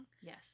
Yes